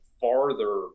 farther